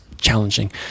challenging